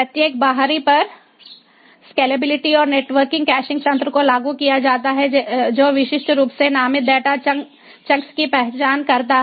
प्रत्येक बाहरी पर स्केलेबिलिटी और नेटवर्किंग कैशिंग तंत्र को लागू किया जाता है जो विशिष्ट रूप से नामित डेटा चंक्स की पहचान करता है